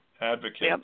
advocate